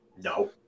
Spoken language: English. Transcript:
No